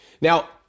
Now